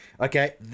okay